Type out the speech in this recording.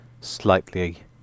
slightly